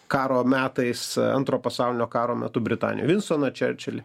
karo metais antro pasaulinio karo metu britanija vinstoną čerčilį